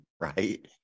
right